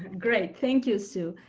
and great! thank you, sue!